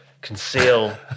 conceal